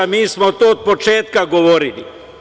Mi smo to od početka govorili.